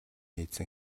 эзэн